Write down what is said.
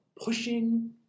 pushing